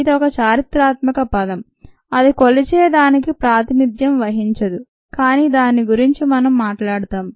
ఇది ఒక చారిత్రాత్మక పదం అది కొలిచే దానికి ప్రాతినిధ్యం వహించదు కానీ దాని గురించి మనం మాట్లాడతాం